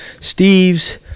Steve's